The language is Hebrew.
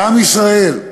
שעם ישראל,